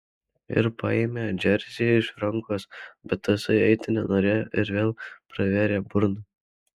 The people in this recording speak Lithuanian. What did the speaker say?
ir paėmė džersį už rankos bet tasai eiti nenorėjo ir vėl pravėrė burną